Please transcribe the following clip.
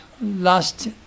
last